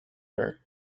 her